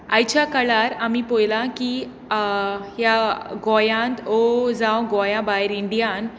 आयच्या काळार आमी पयलां की गोंयांत जावं गोंयां भायर इंडियांत